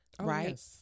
Right